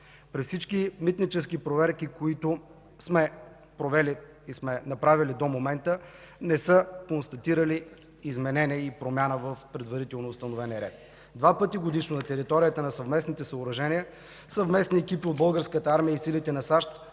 При всички митнически проверки, които сме направили до момента, не са констатирани изменения и промяна в предварително установения ред. Два пъти годишно на територията на съвместните съоръжения съвместни екипи от Българската армия и силите на САЩ